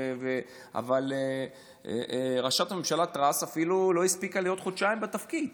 אבל ראשת הממשלה טראס אפילו לא הספיקה להיות חודשיים בתפקיד.